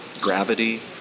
gravity